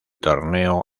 torneo